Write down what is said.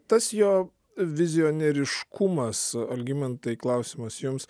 tas jo vizionieriškumas algimantai klausimas jums